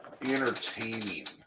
entertaining